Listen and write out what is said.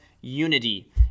unity